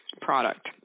product